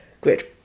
grid